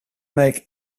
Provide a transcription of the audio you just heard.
make